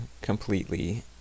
completely